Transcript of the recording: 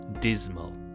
Dismal